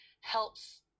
helps